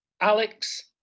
Alex